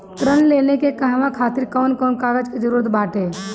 ऋण लेने के कहवा खातिर कौन कोन कागज के जररूत बाटे?